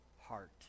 heart